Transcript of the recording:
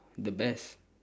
the best